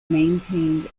maintained